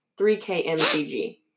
3KMCG